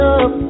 up